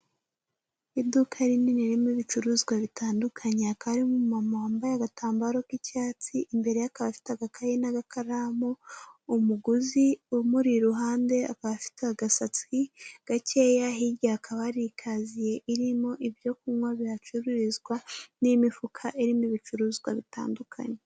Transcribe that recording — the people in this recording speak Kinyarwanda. Iduka rinini ririmo ibicuruzwa bitandukanye hakaba harimo umumama wambaye agatambaro k'icyatsi, imbere ye akaba afite agakayi n'agakaramu, umuguzi umuri iruhande akaba afite agasatsi gakeya, hirya hakaba hari ikaziye irimo ibyo kunywa bihacururizwa n'imifuka irimo ibicuruzwa bitandukanye.